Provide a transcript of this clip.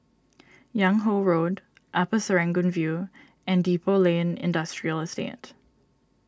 Yung Ho Road Upper Serangoon View and Depot Lane Industrial Estate